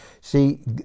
See